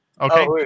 Okay